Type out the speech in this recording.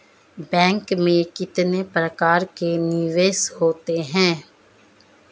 Bank में कितने प्रकार के निवेश होते हैं?